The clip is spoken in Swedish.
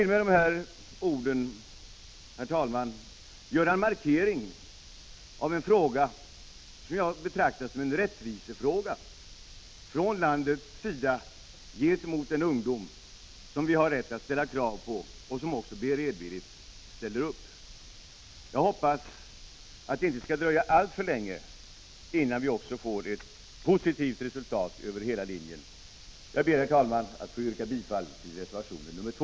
Med dessa ord, herr talman, vill jag göra en markering i en fråga som jag betraktar som en fråga om rättvisa — från landets sida gentemot den ungdom som vi har rätt att ställa krav på och som också beredvilligt ställer upp. Jag hoppas att det inte skall dröja alltför länge innan vi också får ett positivt resultat över hela linjen. Jag ber, herr talman, att få yrka bifall till reservation nr 2.